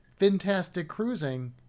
fantasticcruising